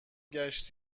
ﮔﺸﺘﯿﻢ